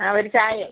ആ ഒരു ചായയും